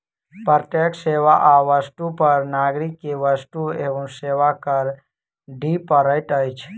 प्रत्येक सेवा आ वस्तु पर नागरिक के वस्तु एवं सेवा कर दिअ पड़ैत अछि